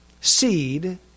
seed